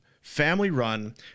family-run